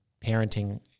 parenting